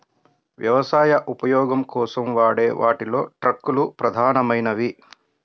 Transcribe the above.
వ్యవసాయ ఉపయోగం కోసం వాడే వాటిలో ట్రక్కులు ప్రధానమైనవి